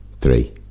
three